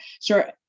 sure